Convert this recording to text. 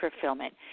fulfillment